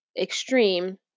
extreme